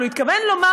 אבל הוא התכוון לומר,